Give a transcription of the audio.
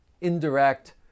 indirect